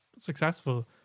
successful